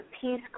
peace